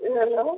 hello